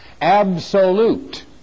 absolute